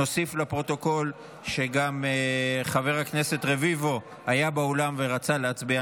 נוסיף לפרוטוקול שגם חבר הכנסת רביבו היה באולם ורצה להצביע